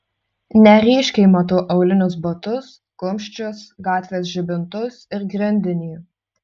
neryškiai matau aulinius batus kumščius gatvės žibintus ir grindinį